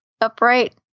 Upright